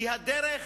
כי הדרך